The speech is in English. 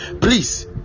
Please